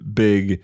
big